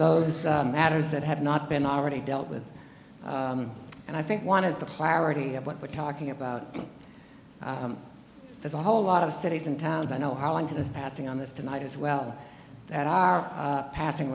those matters that have not been already dealt with and i think one is the clarity of what we're talking about there's a whole lot of cities and towns i know how long that is passing on this tonight as well that are passing